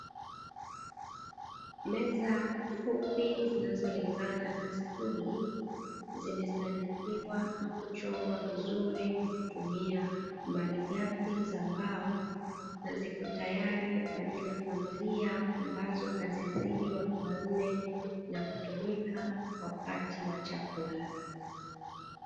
Meza fupi zinazolingana na stuli zimesanifiwa na kuchongwa vizuri kwa kutumia malighafi za mbao, na zipo tayari kwa ajili ya familia ambazo hazizidi watu wanne na kutumika wakati wa chakula.